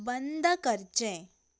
बंद करचें